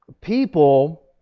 people